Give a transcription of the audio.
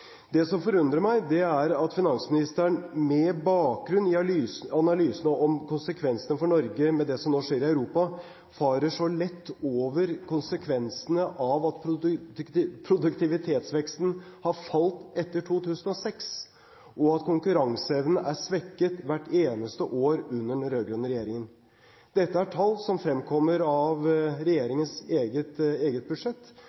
Det som forundrer meg, er at finansministeren, med bakgrunn i analysene av konsekvensene for Norge når det gjelder det som nå skjer i Europa, farer så lett over konsekvensene av at produktivitetsveksten har falt etter 2006, og at konkurranseevnen er svekket hvert eneste år under den rød-grønne regjeringen. Dette er tall som fremkommer av regjeringens eget budsjett.